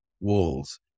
walls